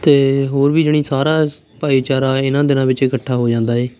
ਅਤੇ ਹੋਰ ਵੀ ਜਾਣੀ ਸਾਰਾ ਭਾਈਚਾਰਾ ਇਹਨਾਂ ਦਿਨਾਂ ਵਿੱਚ ਇਕੱਠਾ ਹੋ ਜਾਂਦਾ ਏ